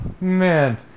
man